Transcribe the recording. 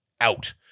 out